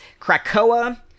Krakoa